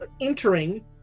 entering